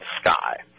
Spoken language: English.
sky